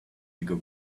bigger